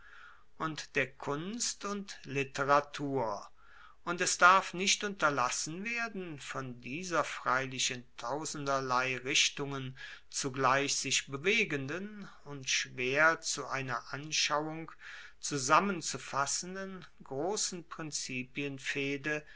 und der kunst und literatur und es darf nicht unterlassen werden von dieser freilich in tausenderlei richtungen zugleich sich bewegenden und schwer zu einer anschauung zusammenzufassenden grossen